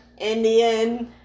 Indian